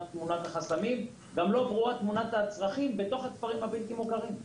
החסמים והצרכים בתוך הכפרים הבלתי מוכרים.